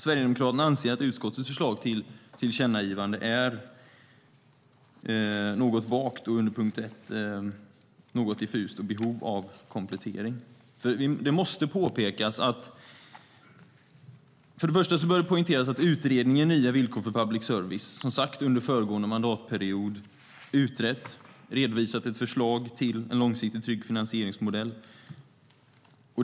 Sverigedemokraterna anser att utskottets förslag till tillkännagivande är något vagt, och under punkt 1 något diffust och i behov av komplettering. Det måste poängteras att utredningen Nya villkor för public service under föregående mandatperiod utrett och redovisat ett förslag till en långsiktigt trygg finansieringsmodell.